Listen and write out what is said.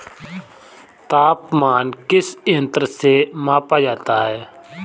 तापमान किस यंत्र से मापा जाता है?